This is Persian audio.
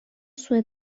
سوء